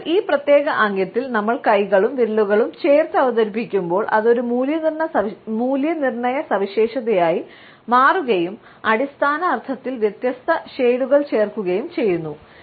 അതിനാൽ ഈ പ്രത്യേക ആംഗ്യത്തിൽ നമ്മൾ കൈകളും വിരലുകളും ചേർത്തു അവതരിപ്പിക്കുമ്പോൾ അത് ഒരു മൂല്യനിർണ്ണയ സവിശേഷതയായി മാറുകയും അടിസ്ഥാന അർത്ഥത്തിൽ വ്യത്യസ്ത ഷേഡുകൾ ചേർക്കുകയും ചെയ്യുന്നു